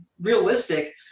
realistic